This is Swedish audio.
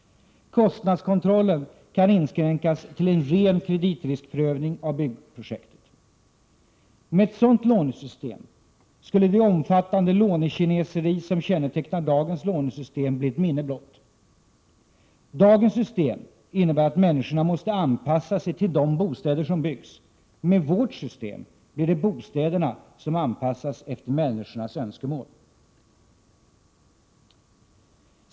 Kostnadskontrollen kan inskränkas till en ren kreditriskprövning av byggprojektet. Med ett sådant lånesystem skulle det omfattande lånekineseri som kännetecknar dagens lånesystem bli ett minne blott. Dagens system innebär att människorna måste anpassa sig till de bostäder som byggs. Med vårt system blir det bostäderna som anpassas efter människornas önskemål.